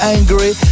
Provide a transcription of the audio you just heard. Angry